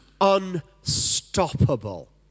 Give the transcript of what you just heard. unstoppable